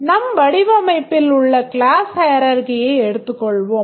நம் வடிவமைப்பில் உள்ள கிளாஸ் hierarchyயை எடுத்துக் கொள்வோம்